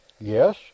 Yes